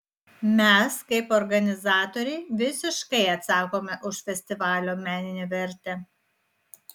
mes kaip organizatoriai visiškai atsakome už festivalio meninę vertę